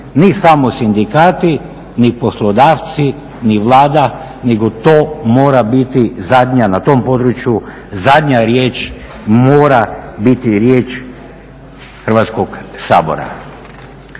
ni samo sindikati, ni poslodavci, ni Vlada nego to mora biti zadnja na tom području, zadnja riječ mora biti riječ Hrvatskoga sabora.